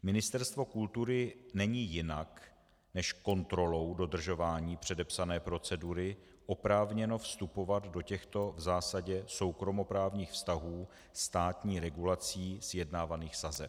Ministerstvo kultury není jinak než kontrolou dodržování předepsané procedury oprávněno vstupovat do těchto v zásadě soukromoprávních vztahů státní regulací sjednávaných sazeb.